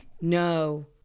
No